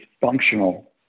functional